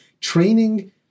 training